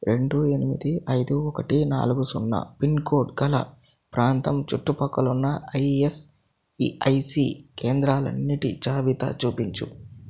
రెండు ఎనిమిది ఐదు ఒకటి నాలుగు సున్నా పిన్కోడ్ గల ప్రాంతం చుట్టుప్రక్కలున్న ఐఎస్ఈఐసి కేంద్రాలన్నిటి జాబితా చూపించు